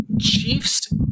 Chiefs